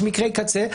יש מקרי קצה.